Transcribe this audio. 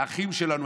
האחים שלנו,